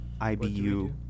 IBU